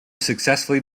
successfully